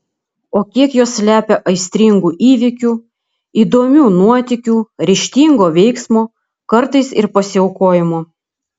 o kiek jos slepia aistringų įvykių įdomių nuotykių ryžtingo veiksmo kartais ir pasiaukojimo